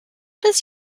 does